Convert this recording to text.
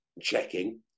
checking